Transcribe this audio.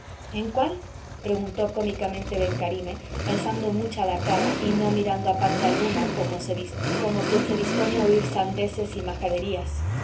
en cuál preguntó cómicamente ben carime alzando mucho la cara y no mirando a parte alguna como quien se dispone a oír sandeces y majaderías